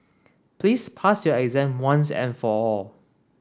please pass your exam once and for all